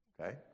okay